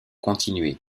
continuer